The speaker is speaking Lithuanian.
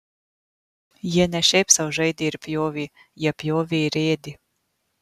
jie ne šiaip sau žaidė ir pjovė jie pjovė ir ėdė